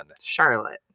Charlotte